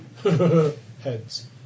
Heads